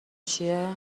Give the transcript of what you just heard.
چیه